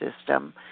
system